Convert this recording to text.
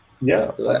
Yes